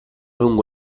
lungo